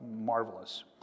marvelous